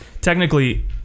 technically